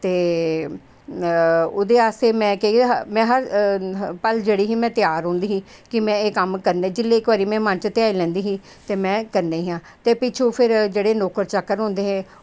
ते ओह्जदे आस्तै में केह् आ कि में जेह्ड़ी ही त्यार रौहंदी ही की में एह् कम्म करना की जेल्लै में मन च ध्याई लैंदी ही ते में करना ई आ ते पिच्छु जेह्ड़े नौकर चाकर होंदे हे